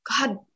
God